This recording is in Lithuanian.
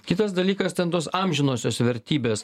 kitas dalykas ten tos amžinosios vertybės